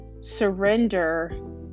surrender